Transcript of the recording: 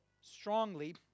strongly